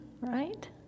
right